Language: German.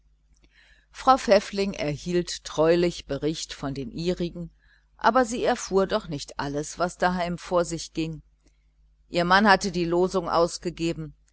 frau pfäffling erhielt treulich berichte von den ihrigen aber sie erfuhr doch nicht alles was daheim vor sich ging ihr mann hatte die losung ausgegeben